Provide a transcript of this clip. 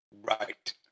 Right